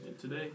today